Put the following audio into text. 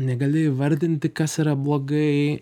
negali įvardinti kas yra blogai